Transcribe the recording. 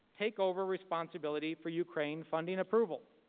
take over response ability for ukraine funding approval?